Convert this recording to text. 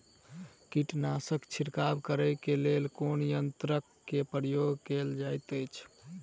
कीटनासक छिड़काव करे केँ लेल कुन यंत्र केँ प्रयोग कैल जाइत अछि?